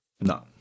No